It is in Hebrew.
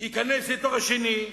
ייכנס לתוך השני,